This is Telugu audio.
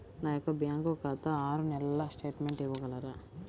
నా యొక్క బ్యాంకు ఖాతా ఆరు నెలల స్టేట్మెంట్ ఇవ్వగలరా?